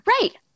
Right